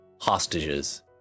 hostages